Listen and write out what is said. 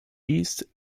east